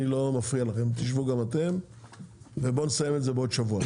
אני לא מפריע לכם תשבו גם אתם ובואו נסיים את זה בעוד שבוע,